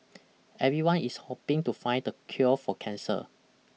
everyone is hoping to find the cure for cancer